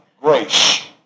grace